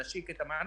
נצטרך לתת להם מענה.